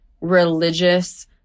religious